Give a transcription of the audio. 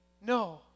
No